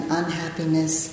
unhappiness